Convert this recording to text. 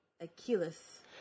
Achilles